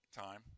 time